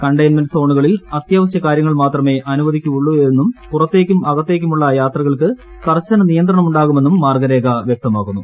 കള്ളിട്ടൻമെന്റ് സോണുകളിൽ അത്യാവശൃ കാര്യങ്ങൾ മാത്രമെ ്യൂ അനുവദിക്കുകയുള്ളുവെന്നും പുറത്തേയ്ക്കും അകത്തേയ്ക്കുമുള്ള് യാത്രകൾക്ക് കർശന നിയന്ത്രണം ഉണ്ടാകുമെന്നും മാർഗ്ഗരേഖ വൃക്തമാക്കുന്നു